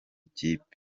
kipe